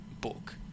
book